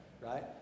right